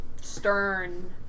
stern